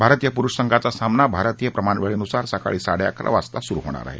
भारतीय पुरूष संघाचा सामना भारतीय प्रमाणवेळेनुसार सकाळी साडेअकरा वाजता सुरु होणार आहे